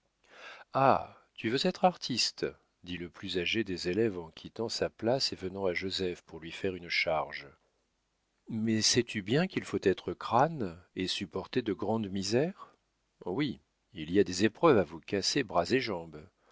ah tu veux être artiste dit le plus âgé des élèves en quittant sa place et venant à joseph pour lui faire une charge mais sais-tu bien qu'il faut être crâne et supporter de grandes misères oui il y a des épreuves à vous casser bras et jambes